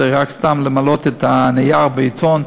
זה רק סתם למלא את הנייר בעיתון,